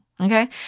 okay